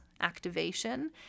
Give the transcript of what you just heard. activation